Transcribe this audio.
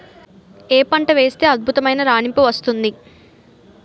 ఏ పంట వేస్తే అద్భుతమైన రాణింపు వస్తుంది?